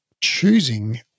choosing